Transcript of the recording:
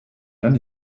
dann